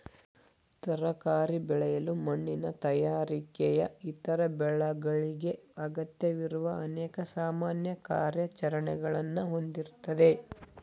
ತರಕಾರಿ ಬೆಳೆಯಲು ಮಣ್ಣಿನ ತಯಾರಿಕೆಯು ಇತರ ಬೆಳೆಗಳಿಗೆ ಅಗತ್ಯವಿರುವ ಅನೇಕ ಸಾಮಾನ್ಯ ಕಾರ್ಯಾಚರಣೆಗಳನ್ನ ಹೊಂದಿರ್ತದೆ